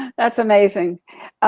that's amazing.